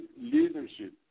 leadership